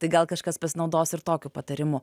tai gal kažkas pasinaudos ir tokiu patarimu